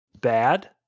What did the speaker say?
bad